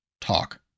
Talk